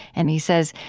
and he says,